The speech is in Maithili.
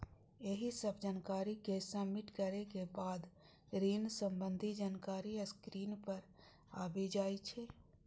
एहि सब जानकारी कें सबमिट करै के बाद ऋण संबंधी जानकारी स्क्रीन पर आबि जाइ छै